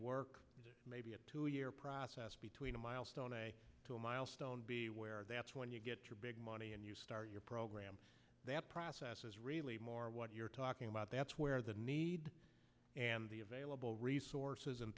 work maybe a two year process between a milestone to a milestone where that's when you get your big money and you start your program that process is really more what you're talking about that's where the need and the available resources